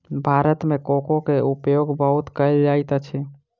भारत मे कोको के उपयोग बहुत कयल जाइत अछि